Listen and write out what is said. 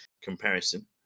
comparison